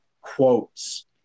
quotes